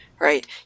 Right